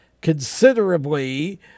considerably